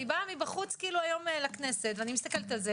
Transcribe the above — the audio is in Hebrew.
ואז לא מצאת את המטופל שעומד בתנאים האלה.